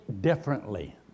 differently